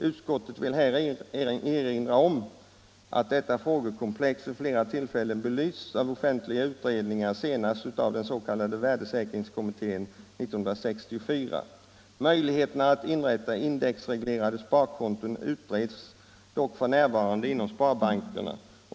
Utskottet vill här erinra om att detta frågekomplex vid flera tillfällen belysts av offentliga utredningar, senast av den s.k. värdesäkringskommittén . Möjligheterna att inrätta indexreglerade sparkonton utreds f. n. inom sparbankerna.